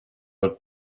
dal